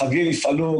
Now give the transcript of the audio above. בחגים יפעלו